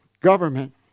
government